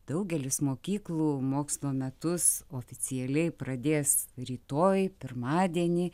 daugelis mokyklų mokslo metus oficialiai pradės rytoj pirmadienį